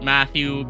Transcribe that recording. Matthew